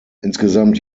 insgesamt